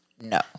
No